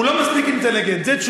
הוא לא מספיק אינטליגנטי.